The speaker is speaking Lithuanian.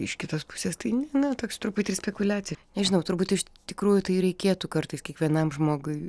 iš kitos pusės tai ne na toks truputį ir spekuliacijų nežinau turbūt iš tikrųjų tai reikėtų kartais kiekvienam žmogui